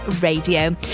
Radio